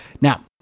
Now